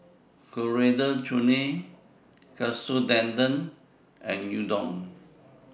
Coriander Chutney Katsu Tendon and Udon